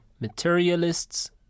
Materialists